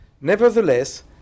Nevertheless